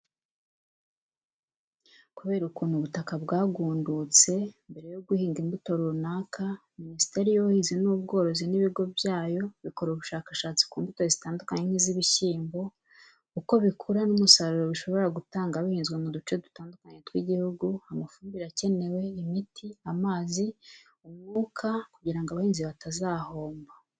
Kubera ukuntu ubutaka bwagundutse, mbere yo guhinga imbuto runaka, Minisiteri y'Ubuhinzi n'Ubworozi n'Ibigo byayo bikora ubushakashatsi ku mbuto zitandukanye nk'iz'ibishyimbo, uko bikura n'umusaruro bishobora gutanga bihinzwe mu duce dutandukanye tw'igihugu, amafumbire akenewe, imiti, amazi, umwuka, kugira ngo abahinzi batazahomba.